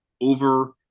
over